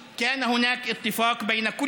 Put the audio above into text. להלן תרגומם: בעבר היה הסכם בין כל